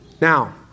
Now